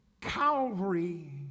Calvary